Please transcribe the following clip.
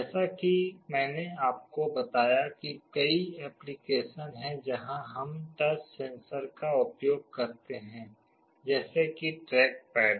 जैसा कि मैंने आपको बताया कि कई एप्लिकेशन हैं जहां हम टच सेंसर का उपयोग करते हैं जैसे कि ट्रैक पैड